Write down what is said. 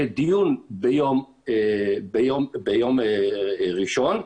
שדיון ביום ראשון,